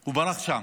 הוא ברח משם.